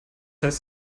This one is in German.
heißt